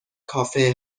کافه